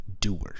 doers